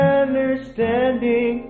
understanding